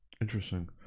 interesting